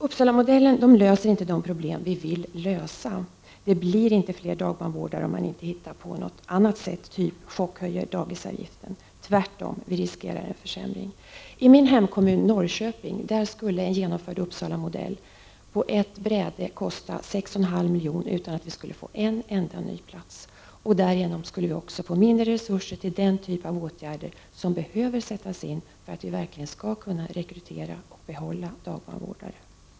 Uppsalamodellen löser inte de problem vi vill lösa. Det blir inte fler dagbarnvårdare om man inte hittar på något annat sätt, t.ex. chockhöjer dagisavgiften. Tvärtom riskerar vi en försämring. I min hemkommun Norrköping skulle en genomförd Uppsalamodell på ett bräde kosta 6,5 miljoner utan att vi skulle få en enda ny plats. Därigenom skulle vi få mindre resurser till den typ av åtgärder som behöver sättas in för att vi verkligen skall kunna rekrytera och behålla dagbarnvårdare.